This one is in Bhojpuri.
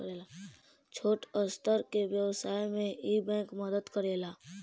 छोट स्तर के व्यवसाय में इ बैंक मदद करेला